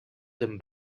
them